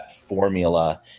formula